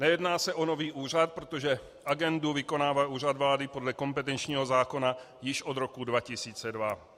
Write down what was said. Nejedná se o nový úřad, protože agendu vykonává Úřad vlády podle kompetenčního zákona již od roku 2002.